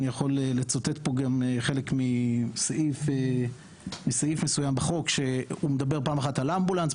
אני יכול לצטט חלק מסעיף בחוק שמדבר פעם אחת על אמבולנס,